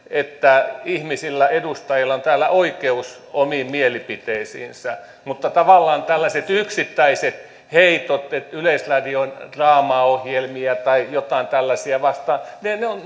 että ihmisillä edustajilla on täällä oikeus omiin mielipiteisiinsä mutta tavallaan tällaiset yksittäiset heitot yleisradion draamaohjelmia tai jotain tällaisia vastaan